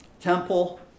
temple